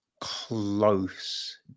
close